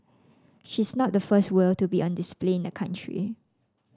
she is not the first whale to be on display in the country